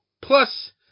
Plus